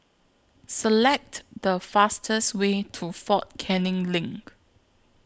Select The fastest Way to Fort Canning LINK